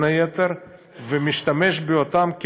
בין היתר,